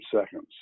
seconds